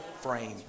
frame